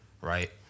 right